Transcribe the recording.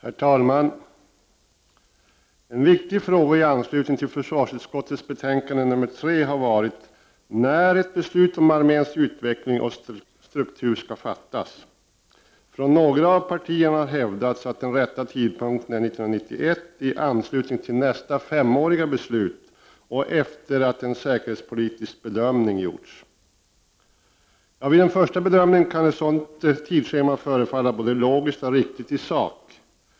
Herr talman! En viktig fråga i anslutning till försvarsutskottets betänkande 3 har varit när ett beslut om arméns utveckling och struktur skall fattas. Från några av partierna har hävdats att den rätta tidpunkten är 1991 i anslutning till nästa femåriga beslut och efter det att en säkerhetspolitisk bedömning gjorts. Vid en första bedömning kan ett sådant tidsschema förefalla både logiskt och riktigt i sak.